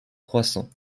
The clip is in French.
croissant